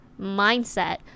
mindset